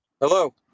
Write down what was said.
Hello